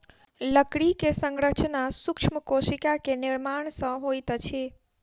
लकड़ी के संरचना सूक्ष्म कोशिका के निर्माण सॅ होइत अछि